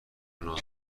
نازه